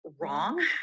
wrong